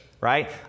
right